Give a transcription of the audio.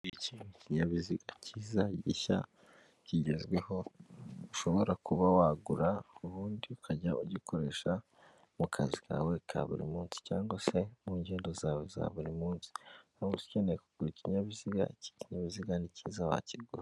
Iki ni ikinyabiziga cyiza gishya kigezweho, ushobora kuba wagura ubundi ukajya ugikoresha mu kazi kawe ka buri munsi cyangwa se mu ngendo zawe za buri munsi, uramutse ukeneye kugura ikinyabiziga, iki kinyabiziga ni kiza wakigura.